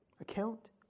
account